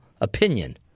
opinion